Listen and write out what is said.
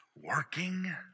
working